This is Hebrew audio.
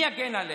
מי יגן עליה?